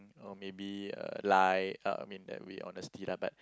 or maybe lie I mean that will be honesty lah but